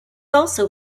also